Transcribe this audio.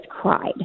cried